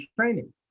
training